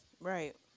Right